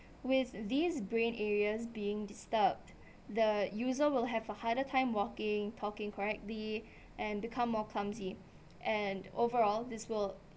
with these brain areas being disturbed the user will have a harder time walking talking correctly and become more clumsy and overall this will